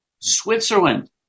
Switzerland